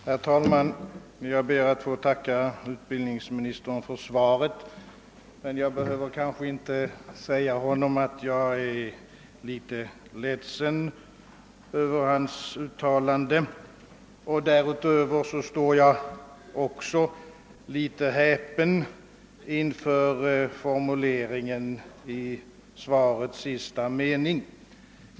Herr talman! Jag ber att få tacka utbildningsministern för svaret, men jag behöver kanske inte säga honom att jag är litet ledsen över hans uttalande. Därutöver står jag också en smula häpen inför formuleringen i svarets sista mening.